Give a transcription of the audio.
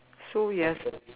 so you has